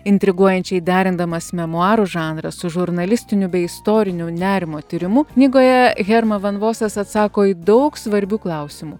intriguojančiai derindamas memuarų žanras su žurnalistiniu bei istoriniu nerimo tyrimu knygoje herma van vosas atsako į daug svarbių klausimų